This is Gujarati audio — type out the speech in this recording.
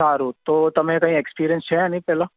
સારું તો તમે કંઈ એક્સસ્પિરિયન્સ છે આની પહેલાં